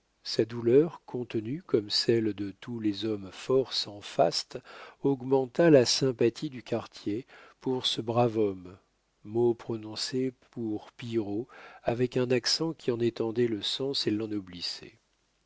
sa douleur contenue comme celle de tous les hommes forts sans faste augmenta la sympathie du quartier pour ce brave homme mot prononcé pour pillerault avec un accent qui en étendait le sens et